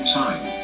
time